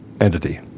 entity